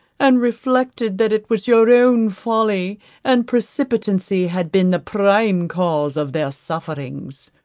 and reflected that it was your own folly and precipitancy had been the prime cause of their sufferings.